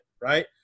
right